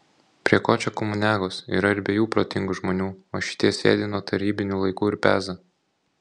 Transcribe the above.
prie ko čia komuniagos yra ir be jų protingų žmonių o šitie sėdi nuo tarybinių laikų ir peza